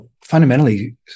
fundamentally